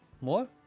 more